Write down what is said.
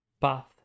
path